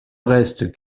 reste